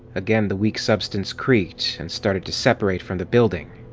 again the weak substance creaked-and and started to separate from the building.